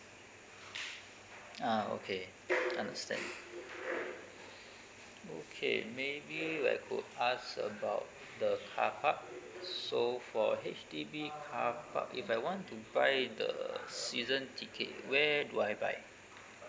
ah okay understand okay maybe I could ask about the carpark so for H_D_B carpark if I want to buy the season ticket where do I buy